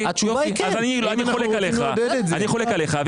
אני חולק עליך.